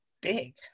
big